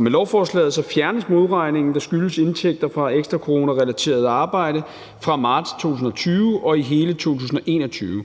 med lovforslaget fjernes modregningen, der skyldes indtægter fra ekstra coronarelateret arbejde fra marts 2020 og i hele 2021.